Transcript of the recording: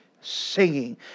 singing